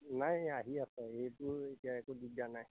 নাই আহি আছে সেইটো এতিয়া একো দিগদাৰ নাই